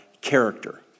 character